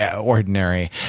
ordinary